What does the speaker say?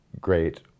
great